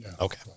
Okay